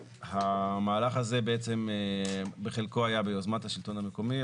המהלך הזה בחלקו היה ביוזמת השלטון המקומי,